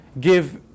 give